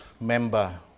member